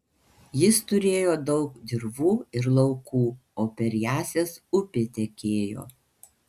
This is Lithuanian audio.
jis turėjo daug dirvų ir laukų o per jąsias upė tekėjo